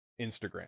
Instagram